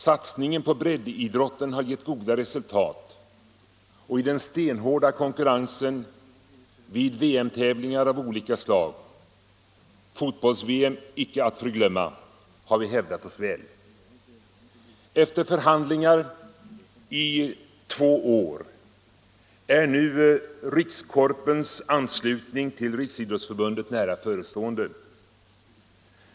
Satsningen på breddidrotten har gett goda resultat, och i den stenhårda konkurrensen vid VM-tävlingar av olika slag — fotboll-VM icke att förglömma — har vi hävdat oss väl. Efter förhandlingar i två år är nu Rikskorpens anslutning till Riksidrottsförbundet nära förestående.